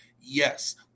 Yes